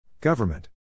Government